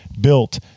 built